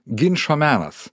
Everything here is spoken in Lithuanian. ginčo menas